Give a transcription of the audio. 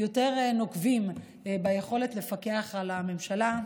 יותר נוקבים ביכולת לפקח על הממשלה.